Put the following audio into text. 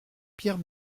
pierre